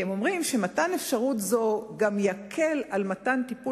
כי הם אומרים שמתן אפשרות זו גם יקל מתן טיפול